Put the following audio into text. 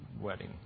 wedding